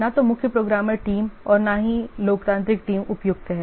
न तो मुख्य प्रोग्रामर टीम और न ही लोकतांत्रिक टीम उपयुक्त है